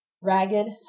ragged